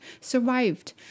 survived